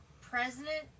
president